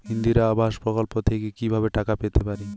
ইন্দিরা আবাস প্রকল্প থেকে কি ভাবে টাকা পেতে পারি?